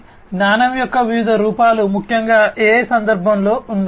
కాబట్టి జ్ఞానం యొక్క వివిధ రూపాలు ముఖ్యంగా AI సందర్భంలో ఉన్నాయి